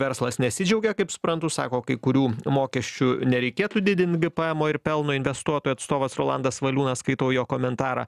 verslas nesidžiaugia kaip suprantu sako kai kurių mokesčių nereikėtų didint gpmo ir pelno investuotojų atstovas rolandas valiūnas skaitau jo komentarą